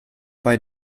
bei